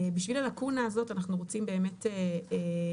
בשביל הלקונה הזאת אנחנו רוצים באמת לעשות